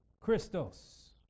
Christos